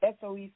SOE